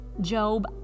Job